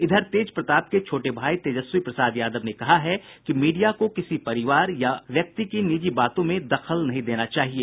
इधर तेजप्रताप के छोटे भाई तेजस्वी प्रसाद यादव ने कहा है कि मीडिया को किसी परिवार और व्यक्ति की निजी बातों में दखल नहीं देना चाहिए